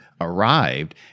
arrived